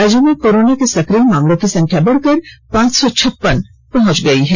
राज्य में कोरोना के सक्रिय मामलों की संख्या बढ़कर पांच सौ छप्पन पहुंच गई है